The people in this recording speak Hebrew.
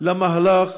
למהלך